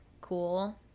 cool